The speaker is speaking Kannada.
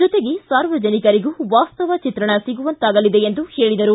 ಜೊತೆಗೆ ಸಾರ್ವಜನಿಕರಿಗೂ ವಾಸ್ತವ ಚಿತ್ರಣ ಸಿಗುವಂತಾಗಲಿದೆ ಎಂದರು